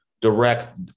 direct